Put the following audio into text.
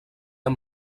amb